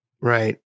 Right